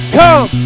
come